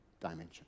dimension